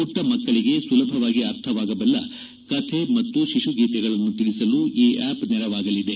ಮಟ್ಲ ಮಕ್ಕಳಿಗೆ ಸುಲಭವಾಗಿ ಅರ್ಥವಾಗಬಲ್ಲ ಕತೆ ಮತ್ತು ಶಿಶುಗೀತೆಗಳ ತಿಳಿಸಲು ಈ ಆಸ್ ನೆರವಾಗಲಿದೆ